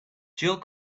jill